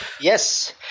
Yes